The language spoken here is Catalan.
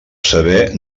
saber